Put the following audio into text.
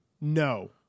No